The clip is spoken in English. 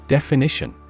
Definition